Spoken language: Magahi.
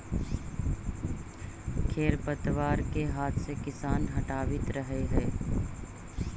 खेर पतवार के हाथ से किसान हटावित रहऽ हई